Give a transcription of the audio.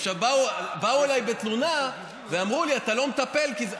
באו אליי בתלונה ואמרו לי: אתה לא מטפל כי זה,